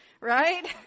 right